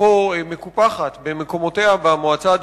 יפו מקופחת במקומות במועצה הדתית,